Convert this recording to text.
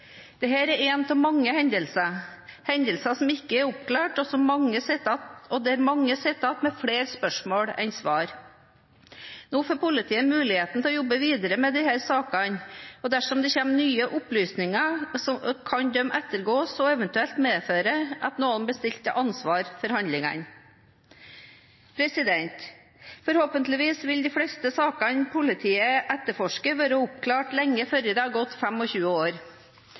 er en av mange hendelser – hendelser som ikke er oppklart, og hvor mange sitter igjen med flere spørsmål enn svar. Nå får politiet muligheten til å jobbe videre med disse sakene, og dersom det kommer nye opplysninger, kan disse ettergås og eventuelt medføre at noen blir stilt til ansvar for handlingene. Forhåpentligvis vil de fleste sakene politiet etterforsker, være oppklart lenge før det har gått 25 år,